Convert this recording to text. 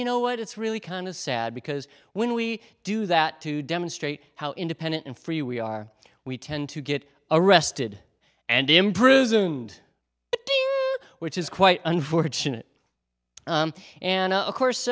you know what it's really kind of sad because when we do that to demonstrate how independent and free we are we tend to get arrested and imprisoned which is quite unfortunate and of course